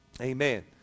amen